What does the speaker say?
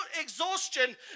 exhaustion